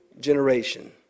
Generation